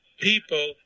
people